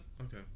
Okay